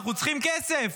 אנחנו צריכים כסף.